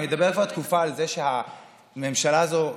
אני מדבר כבר תקופה על זה שהממשלה הזו,